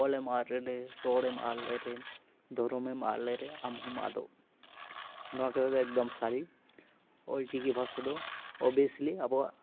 ᱚᱞ ᱮᱢ ᱟᱫ ᱞᱮᱨᱮ ᱨᱚᱲ ᱮᱢ ᱟᱫ ᱞᱮᱨᱮ ᱫᱷᱚᱨᱚᱢ ᱮᱢ ᱟᱫ ᱞᱮᱨᱮ ᱟᱢᱦᱚᱸᱢ ᱟᱫᱚᱜ ᱱᱚᱣᱟ ᱠᱟᱛᱷᱟ ᱫᱚ ᱮᱠᱫᱚᱢ ᱥᱟᱹᱨᱤ ᱚᱞᱪᱤᱠᱤ ᱵᱷᱟᱥᱟ ᱫᱚ ᱳᱵᱤᱭᱮᱥᱞᱤ ᱟᱵᱚᱣᱟᱜ